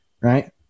right